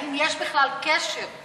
האם יש בכלל קשר?